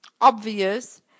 obvious